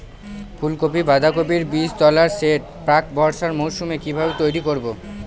ফুলকপি বাধাকপির বীজতলার সেট প্রাক বর্ষার মৌসুমে কিভাবে তৈরি করব?